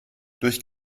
durch